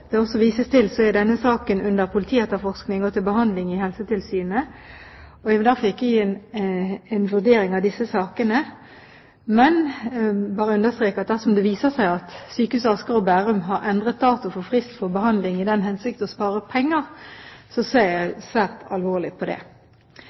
det også vises til, er denne saken under politietterforskning og til behandling i Helsetilsynet. Jeg vil derfor ikke gi en vurdering av disse sakene, men bare understreke at dersom det viser seg at Sykehuset Asker og Bærum har endret dato for frist for behandling i den hensikt å spare penger, ser jeg